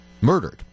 murdered